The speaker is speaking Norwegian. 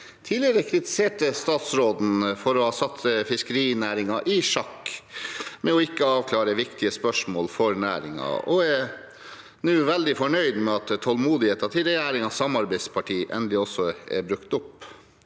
tidligere kritisert statsråden for å ha satt fiskerinæringen i sjakk med å ikke avklare viktige spørsmål for næringen, og er nå veldig fornøyd med at tålmodigheten til regjeringens samarbeidsparti endelig er brukt opp.